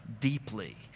deeply